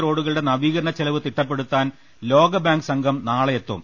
റോഡുകളുടെ നവീകര ണച്ചെലവ് തിട്ടപ്പെടുത്താൻ ലോക ബാങ്ക് സംഘം നാളെ എത്തും